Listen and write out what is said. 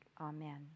Amen